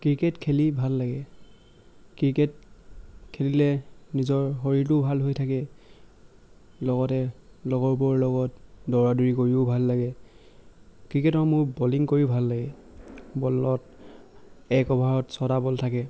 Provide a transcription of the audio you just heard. cricket খেলি ভাল লাগে ক্ৰিকেট খেলিলে নিজৰ শৰীৰটো ভাল হৈ থাকে লগতে লগৰবোৰৰ লগত দৌৰাদৌৰি কৰিও ভাল লাগে ক্ৰিকেটৰ মোৰ বলিং কৰিও ভাল লাগে বলত এক অভাৰত ছটা বল থাকে